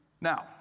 Now